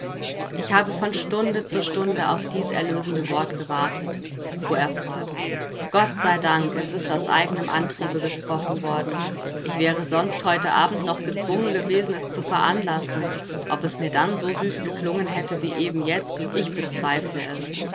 ich habe von stunde zu stunde auf dies erlösende wort gewartet fuhr er fort gott sei dank es ist aus eigenem antriebe gesprochen worden ich wäre sonst heute abend noch gezwungen gewesen es zu veranlassen ob es mir dann so süß geklungen hätte wie eben jetzt ich bezweifle es